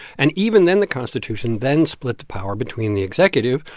and even then, the constitution then split the power between the executive,